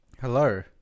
Hello